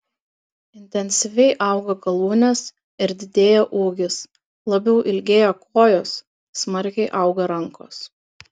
intensyviai auga galūnės ir didėja ūgis labiau ilgėja kojos smarkiai auga rankos